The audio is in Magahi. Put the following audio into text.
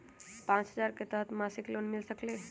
पाँच हजार के तहत मासिक लोन मिल सकील?